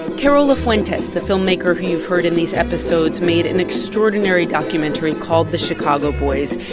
carola fuentes, the filmmaker who you've heard in these episodes, made an extraordinary documentary called the chicago boys.